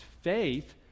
faith